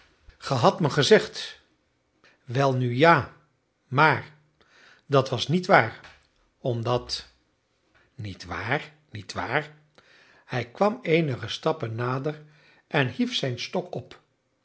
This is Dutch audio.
hadt me gezegd welnu ja maar dat was niet waar omdat niet waar niet waar hij kwam eenige stappen nader en hief zijn stok op